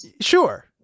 Sure